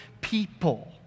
people